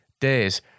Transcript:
days